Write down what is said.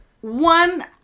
One